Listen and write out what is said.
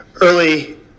early